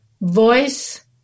voice